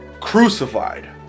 crucified